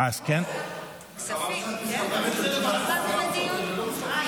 את אמרת שאת מסתפקת בתשובת השר.